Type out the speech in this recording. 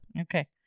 Okay